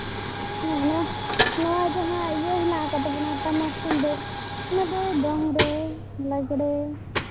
ᱦᱮᱸ ᱱᱚᱣᱟ ᱡᱟᱸᱦᱟ ᱤᱭᱟᱹ ᱢᱮᱱᱟᱜ ᱠᱟᱫ ᱛᱟᱵᱳᱱᱟ ᱴᱟᱢᱟᱠ ᱛᱩᱢᱫᱟᱜ ᱚᱱᱟ ᱫᱚ ᱫᱚᱝᱨᱮ ᱞᱟᱜᱽᱲᱮ